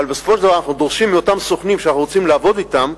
אבל בסופו של דבר אנחנו דורשים מאותם סוכנים שאנחנו רוצים לעבוד אתם,